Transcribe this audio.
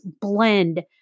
blend